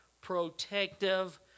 protective